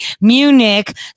Munich